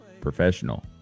professional